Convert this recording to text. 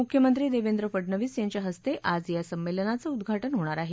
मुख्यमंत्री देवेंद्र फडणवीस यांच्या हस्ते आज या सम्मेलनाचं उद्घाटन होणार आहे